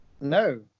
no